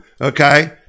Okay